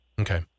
Okay